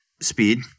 speed